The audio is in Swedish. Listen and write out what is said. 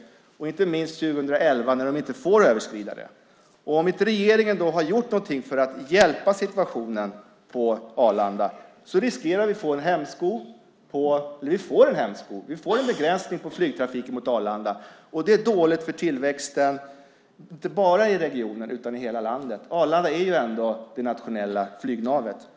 Det gäller inte minst 2011 när man inte får överskrida det. Om regeringen då inte har gjort någonting för lösa situationen på Arlanda får vi en begränsning av flygtrafiken på Arlanda. Det är dåligt för tillväxten, inte bara i regionen utan i hela landet. Arlanda är det ju ändå det nationella flygnavet.